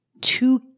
two